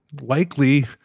likely